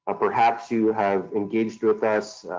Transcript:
ah perhaps you have engaged with us